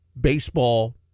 baseball